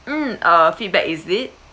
mm a feedback is it